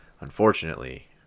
unfortunately